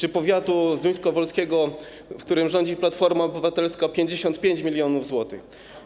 Do powiatu zduńskowolskiego, w którym rządzi Platforma Obywatelska - 55 mln zł.